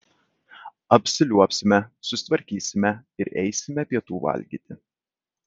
apsiliuobsime susitvarkysime ir eisime pietų valgyti